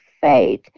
faith